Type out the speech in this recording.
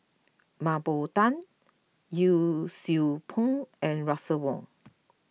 Mah Bow Tan Yee Siew Pun and Russel Wong